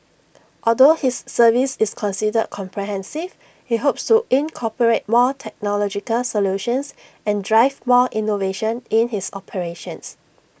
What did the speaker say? although his service is considered comprehensive he hopes to incorporate more technological solutions and drive more innovation in his operations